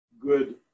good